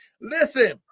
listen